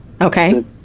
Okay